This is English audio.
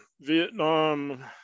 Vietnam